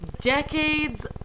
decades